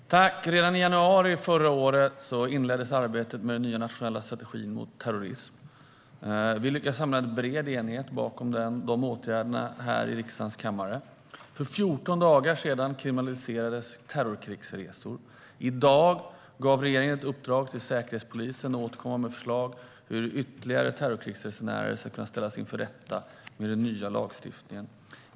Herr talman! Redan i januari förra året inleddes arbetet med den nya nationella strategin mot terrorism. Vi lyckades samla bred enighet bakom åtgärderna i riksdagens kammare. För 14 dagar sedan kriminaliserades terrorkrigsresor. I dag gav regeringen ett uppdrag till Säkerhetspolisen att återkomma med förslag om hur ytterligare terrorkrigsresenärer ska kunna ställas inför rätta med den nya lagstiftningen.